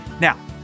Now